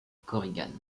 korigane